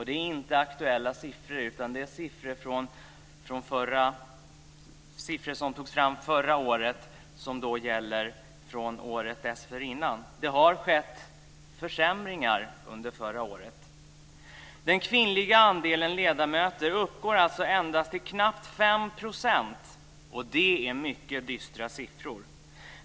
Det är inte aktuella siffror utan det är siffror som togs fram förra året som gäller året dessförinnan. Det har skett försämringar under förra året. Den kvinnliga andelen ledamöter uppgår alltså endast till knappt 5 %. Det är mycket dystra siffror.